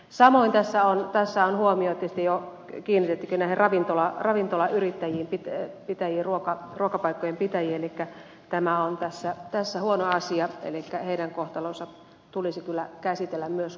samoin tässä on huomiota tietysti jo kiinnitettykin näihin ravintolayrittäjiin ruokapaikkojen pitäjiin elikkä tämä on tässä huono asia elikkä heidän kohtalonsa tulisi kyllä käsitellä myös kuntoon